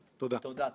דיברתי על תחושה.